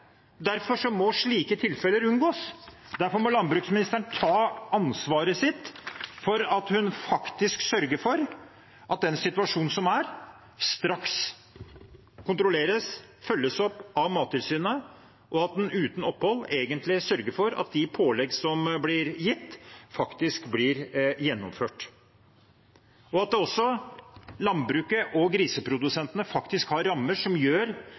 Derfor må slike tilfeller unngås. Derfor må landbruksministeren ta ansvaret sitt, slik at hun faktisk sørger for at situasjonen straks kontrolleres og følges opp av Mattilsynet – at en uten opphold sørger for at de påleggene som blir gitt, faktisk blir gjennomført, og at landbruket og griseprodusentene faktisk har rammer som gjør